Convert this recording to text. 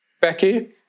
Becky